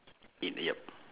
eight yup